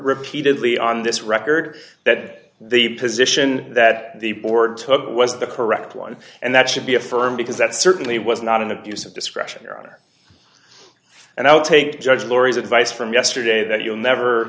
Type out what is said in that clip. repeatedly on this record that the position that the board took was the correct one and that should be affirmed because that certainly was not an abuse of discretion or honor and i'll take judge lauri's advice from yesterday that you'll never